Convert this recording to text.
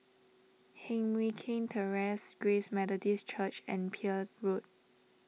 Heng Mui Keng Terrace Grace Methodist Church and Peel Road